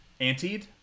Antied